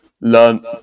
learn